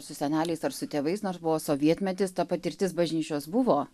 su seneliais ar su tėvais nors buvo sovietmetis ta patirtis bažnyčios buvo